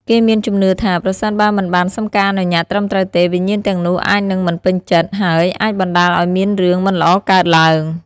គេមានជំនឿថា ប្រសិនបើមិនបានសុំការអនុញ្ញាតត្រឹមត្រូវទេ វិញ្ញាណទាំងនោះអាចនឹងមិនពេញចិត្ត ហើយអាចបណ្តាលឲ្យមានរឿងមិនល្អកើតឡើង។